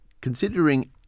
considering